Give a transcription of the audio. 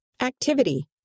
Activity